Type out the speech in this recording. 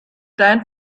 sein